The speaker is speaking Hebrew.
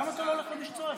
למה אתה לא הולך למי שצועק?